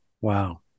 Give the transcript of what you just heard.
Wow